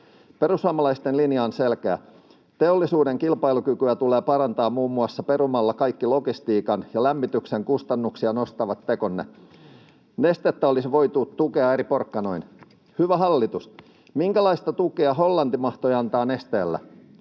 Perussuomalaisten linja on selkeä: teollisuuden kilpailukykyä tulee parantaa muun muassa perumalla kaikki logistiikan ja lämmityksen kustannuksia nostavat tekonne. Nestettä olisi voitu tukea eri porkkanoin. Hyvä hallitus, minkälaista tukea Hollanti mahtoi antaa Nesteelle?